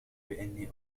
بأني